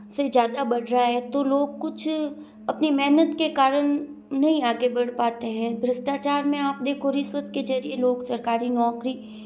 से ज़्यादा बढ़ रहा है तो लोग कुछ अपनी मेहनत के कारण नहीं आगे बढ़ पाते हैं भ्रष्टाचार में आप देखो रिश्वत के ज़रिए लोग सरकारी नौकरी